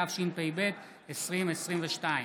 התשפ"ב 2022,